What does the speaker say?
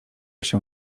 się